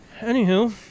Anywho